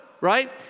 right